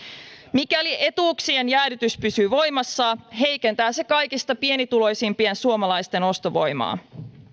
mikäli etuuksien jäädytys pysyy voimassa heikentää se kaikista pienituloisimpien suomalaisten ostovoimaa